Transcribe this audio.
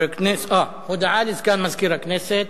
הודעה לסגן מזכיר הכנסת.